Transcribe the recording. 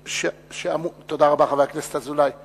אדוני היושב-ראש, חבר הכנסת אזולאי נכנס.